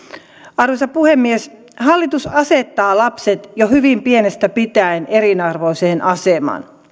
arvoisa puhemies hallitus asettaa lapset jo hyvin pienestä pitäen eriarvoiseen asemaan